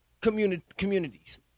communities